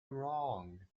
wrong